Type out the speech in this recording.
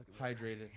hydrated